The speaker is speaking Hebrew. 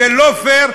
זה לא פייר,